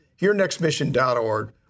yournextmission.org